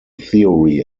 theory